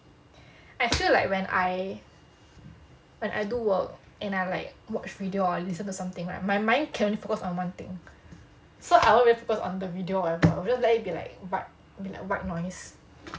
I feel like when I when I do work and I like watch video or listen to something right my mind can only focus on one thing so I won't really focus on the video whatever I'll just let it be like white be like white noise